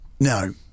no